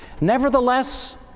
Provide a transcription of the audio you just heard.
Nevertheless